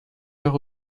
leur